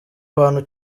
bantu